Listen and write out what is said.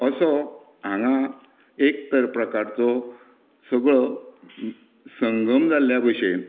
असो हांगा एक तर प्रकारचो सगळो संगम जाल्ल्या भशेन